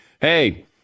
hey